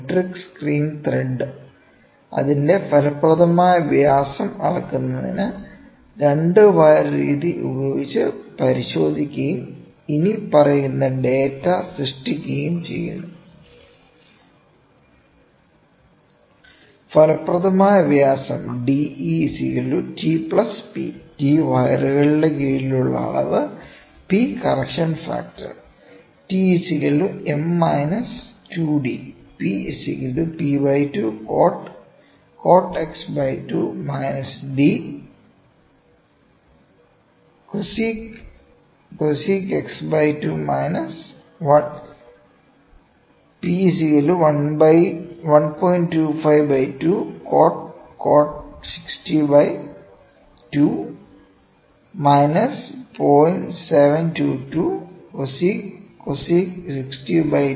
ഒരു metric screen thread അതിന്റെ ഫലപ്രദമായ വ്യാസം അളക്കുന്നതിന് 2 വയർ രീതി ഉപയോഗിച്ച് പരിശോധിക്കുകയും ഇനിപ്പറയുന്ന ഡാറ്റ സൃഷ്ടിക്കുകയും ചെയ്യുന്നു ഫലപ്രദമായ വ്യാസം DeTP T വയറുകളുടെ കീഴിലുള്ള അളവ് P correction factor T M - 2d P p2 cot x2 d csc x2 1 Therefore P 1